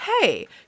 hey